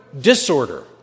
disorder